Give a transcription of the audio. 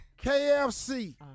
KFC